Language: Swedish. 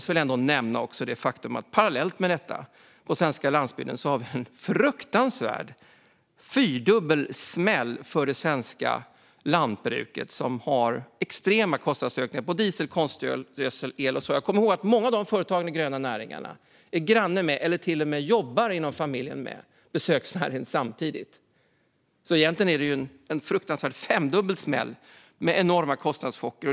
Parallellt med detta har vi på den svenska landsbygden en fruktansvärd fyrdubbel smäll för det svenska lantbruket, som har extrema kostnadsökningar på diesel, konstgödsel, foder och el. Kom ihåg att många av företagen i de gröna näringarna är granne med eller till och med inom familjen jobbar med besöksnäringen samtidigt. Egentligen är det alltså en fruktansvärd femdubbel smäll med enorma kostnadschocker.